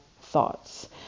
thoughts